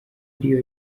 ariyo